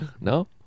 No